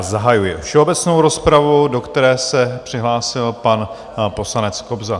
Zahajuji všeobecnou rozpravu, do které se přihlásil pan poslanec Kobza.